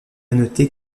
noter